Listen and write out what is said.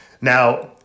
Now